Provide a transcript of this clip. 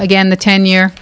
again the ten year